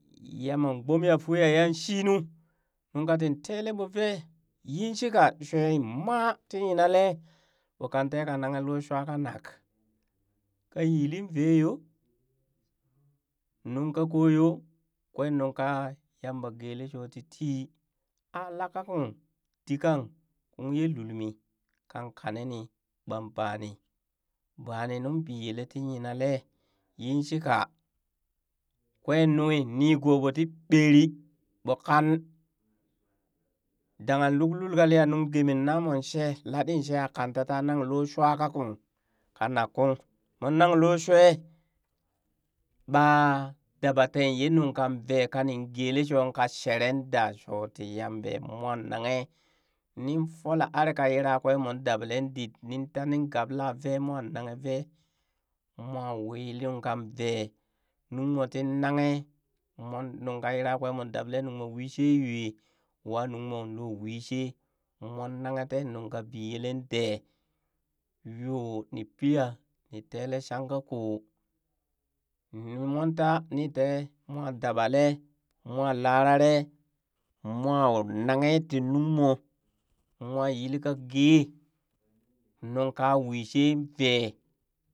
Nyama gbomya fuu ya yan shinu nung ka tin tele vee yin shika shue ma ti nyinale ɓo kan teka nanghe loo shua ka nak, ka yilin vee yoo, nung ka ko yo, kwen nungka yamba geelee shoo ti tii aa lakakung ditkang kung yee lulmii kankane ni ɓan baani, bani nung biyelee tii yinaleee yinshika kwee nunghe nigoo ɓoo tii ɓeri ɓoo kan dangha luk lul kaliya nung geemee namoon shee, laɗin shee ya kan tata nang loo shuwa kakung ka nak kung moon nan loo shuwa ɓaa daba teen ye nungkan vee, kanin geelee shoo kaa shere daa shoti yambee mwa nanghe nin fola arika yirakwee mon daba lee dit nin tanin gabla vee moo nanghe vee moo wii nuŋ kang vee nung moo tin nanghe mon nuŋ ka yira kweee moon daba lee nungmoo wii shee yoe waa nungmoh lo wishee moon nanghe teen nunka biyele dee yoo ni pia nii tele shanka koo moon taa nin tee moo dabalee moo lalare moo nanghe tii nungmoo moo yilka gee nunka wii shee vee.